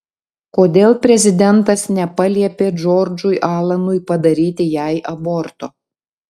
kodėl prezidentas nepaliepė džordžui alanui padaryti jai aborto